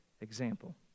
example